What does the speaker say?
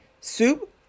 soup